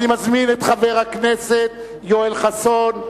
אני מזמין את חבר הכנסת יואל חסון,